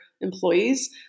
employees